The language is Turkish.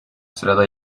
sırada